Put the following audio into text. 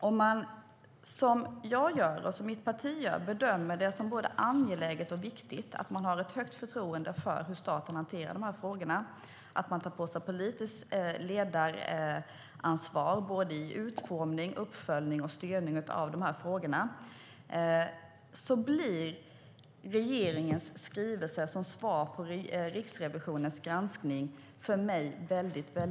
Om man som jag och mitt parti bedömer det som både angeläget och viktigt att man har ett högt förtroende för hur staten hanterar de här frågorna och att staten tar på sig politiskt ledaransvar i utformning, uppföljning och styrning av frågorna blir regeringens skrivelse som svar på Riksrevisionens granskning för mig väldigt tunn.